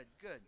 good